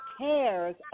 cares